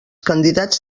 candidats